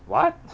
what